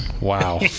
Wow